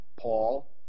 Paul